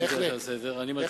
בחיים לא שמעתי אותך כל כך, משכנע.